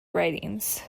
writings